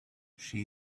she